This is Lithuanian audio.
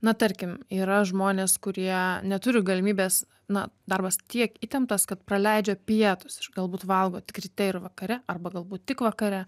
na tarkim yra žmonės kurie neturi galimybės na darbas tiek įtemptas kad praleidžia pietus ir galbūt valgo tik ryte ir vakare arba galbūt tik vakare